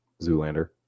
Zoolander